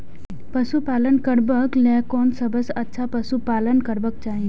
पशु पालन करबाक लेल कोन सबसँ अच्छा पशु पालन करबाक चाही?